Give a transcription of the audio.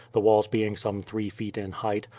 the walls being some three feet in height,